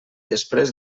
després